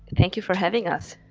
thank you for having us.